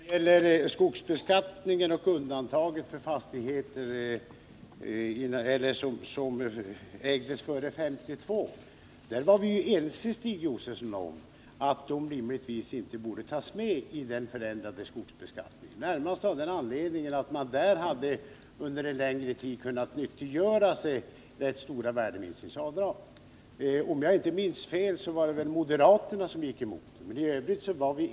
Herr talman! När det gäller skogsbeskattningen och undantaget för fastigheter som har anskaffningsvärden som hänför sig till 1952 eller tidigare var vi ju, Stig Josefson, ense om att dessa fastigheter rimligtvis inte borde tas med vi man här under en längre tid hade kunnat göra stora värdeminskningsavdrag. ändringen av skogsbeskattningen. Anledningen var närmast den att Om jag inte minns fel var det bara moderaterna som gick emot förslaget.